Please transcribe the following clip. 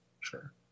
sure